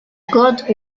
god